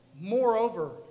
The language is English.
Moreover